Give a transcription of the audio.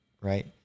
right